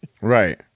Right